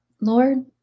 Lord